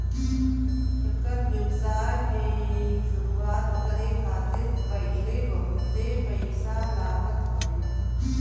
एकर व्यवसाय के शुरुआत करे खातिर पहिले बहुते पईसा लागत हवे